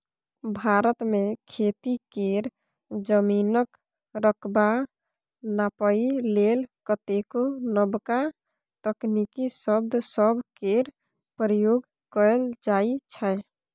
भारत मे खेती केर जमीनक रकबा नापइ लेल कतेको नबका तकनीकी शब्द सब केर प्रयोग कएल जाइ छै